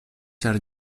ĉar